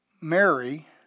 Mary